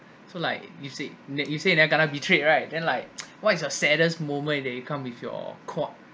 so like you said like you said never kena betray right then like what's your saddest moment that it come with your